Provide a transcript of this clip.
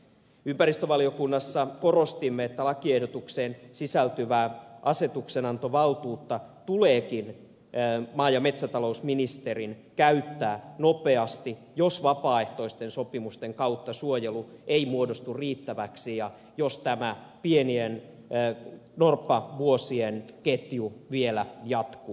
ympäristövaliokunnassa korostimme että lakiehdotukseen sisältyvää asetuksenantovaltuutta tuleekin maa ja metsätalousministerin käyttää nopeasti jos vapaaehtoisten sopimusten kautta suojelu ei muodostu riittäväksi ja jos tämä pienien norppavuo sien ketju vielä jatkuu